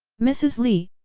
mrs. li,